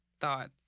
thoughts